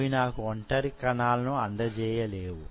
అవి నాకు వొంటరి కణాలను అందజేయగలవు